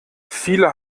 viele